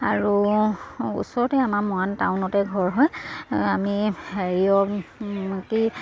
আৰু ওচৰতে আমাৰ মৰাণ টাউনতে ঘৰ হয় আমি হেৰিও কি